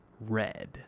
Red